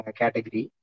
category